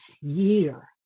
year